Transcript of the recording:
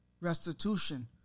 restitution